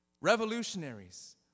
Revolutionaries